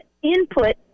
input